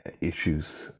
issues